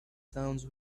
towns